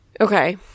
Okay